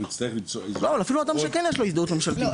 אנחנו נצטרך למצוא --- אפילו אדם שכן יש לו הזדהות ממשלתית.